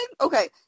okay